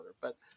but-